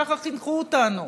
ככה חינכו אותנו,